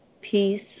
peace